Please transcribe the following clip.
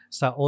sa